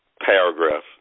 paragraph